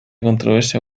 controversia